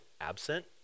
absent